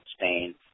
Spain